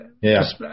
Yes